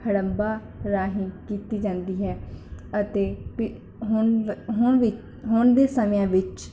ਹੜੰਬਾ ਰਾਹੀਂ ਕੀਤੀ ਜਾਂਦੀ ਹੈ ਅਤੇ ਵੀ ਹੁਣ ਵਿ ਹੁਣ ਵੀ ਹੁਣ ਦੇ ਸਮਿਆਂ ਵਿੱਚ